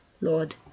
Lord